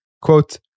Quote